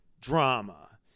drama